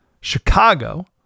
Chicago